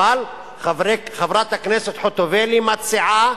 אבל חברת הכנסת חוטובלי מציעה